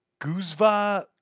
Guzva